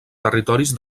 territoris